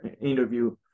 interview